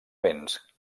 béns